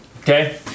okay